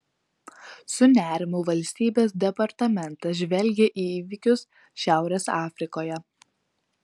su nerimu valstybės departamentas žvelgia į įvykius šiaurės afrikoje